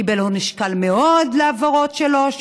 הוא קיבל עונש קל מאוד על העבירות שלו,